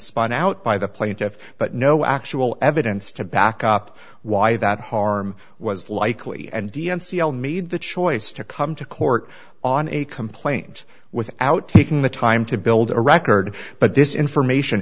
spun out by the plaintiff but no i actual evidence to back up why that harm was likely and d n c l made the choice to come to court on a complaint without taking the time to build a record but this information